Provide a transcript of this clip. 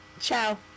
ciao